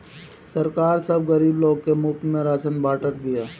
सरकार सब गरीब लोग के मुफ्त में राशन बांटत बिया